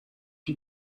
you